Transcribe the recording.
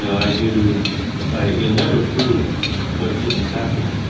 i do you'll never prove what didn't happen,